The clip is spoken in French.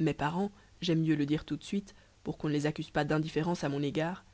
mes parents jaime mieux le dire tout de suite pour quon ne les accuse pas dindifférence à mon égard